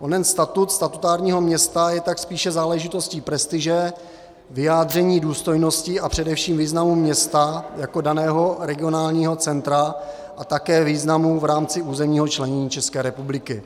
Onen statut statutárního města je tak spíše záležitostí prestiže, vyjádření důstojnosti a především významu města jako daného regionálního centra a také významu v rámci územního členění České republiky.